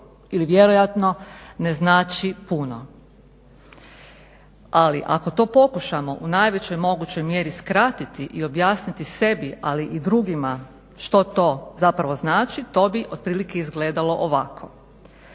ili vjerojatno ne znači puno. Ali ako to pokušamo u najvećoj mogućoj mjeri skratiti i objasniti sebi, ali i drugima što to zapravo znači to bi otprilike izgledalo ovako.